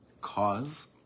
cause